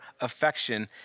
affection